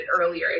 earlier